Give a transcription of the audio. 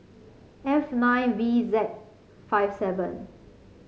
F nine V Z five seven